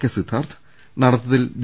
K Siddharth നടത്തത്തിൽ V